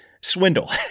swindle